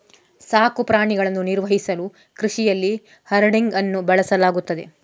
ಸಾಕು ಪ್ರಾಣಿಗಳನ್ನು ನಿರ್ವಹಿಸಲು ಕೃಷಿಯಲ್ಲಿ ಹರ್ಡಿಂಗ್ ಅನ್ನು ಬಳಸಲಾಗುತ್ತದೆ